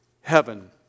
heaven